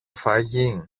φαγί